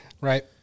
Right